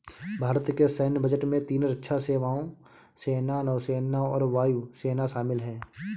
भारत के सैन्य बजट में तीन रक्षा सेवाओं, सेना, नौसेना और वायु सेना शामिल है